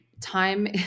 Time